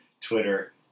Twitter